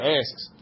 asks